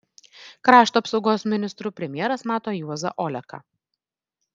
krašto apsaugos ministru premjeras mato juozą oleką